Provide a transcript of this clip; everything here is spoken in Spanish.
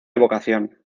vocación